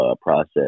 process